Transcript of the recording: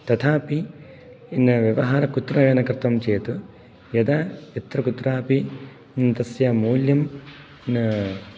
तथापि व्यवहारः कुत्र न कर्तुञ्चेत् यदा यत्र कुत्रापि तस्य मौल्यं